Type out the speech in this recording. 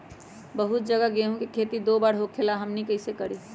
बहुत जगह गेंहू के खेती दो बार होखेला हमनी कैसे करी?